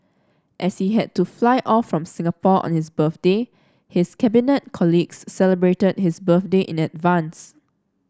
as he had to fly off from Singapore on his birthday his Cabinet colleagues celebrated his birthday in advance